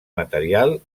material